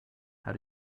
how